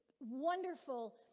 Wonderful